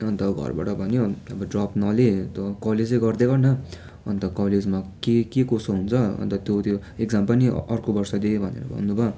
अन्त घरबाट भन्यो अब ड्रप नले तँ कलेजै गर्दै गर्न अन्त कलेजमा के के कसो हुन्छ अन्त तँ त्यो एक्जाम पनि अर्को वर्ष दे भनेर भन्नु भयो